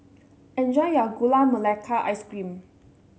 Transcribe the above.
enjoy your Gula Melaka Ice Cream